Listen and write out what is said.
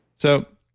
so